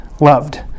loved